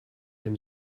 dem